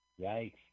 Yikes